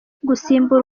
gusimbura